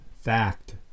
Fact